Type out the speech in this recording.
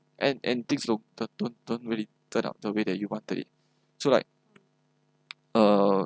and and things don't turn don't don't really turn out the way that you wanted it so like uh